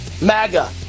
MAGA